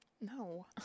no